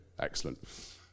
Excellent